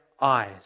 eyes